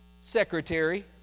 secretary